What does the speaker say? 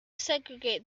segregate